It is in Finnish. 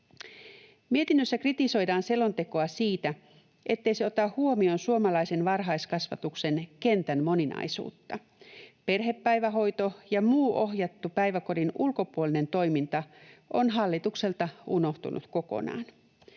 Mietinnössä kritisoidaan selontekoa siitä, ettei se ota huomioon suomalaisen varhaiskasvatuksen kentän moninaisuutta. Perhepäivähoito ja muu ohjattu päiväkodin ulkopuolinen toiminta on hallitukselta unohtunut kokonaan.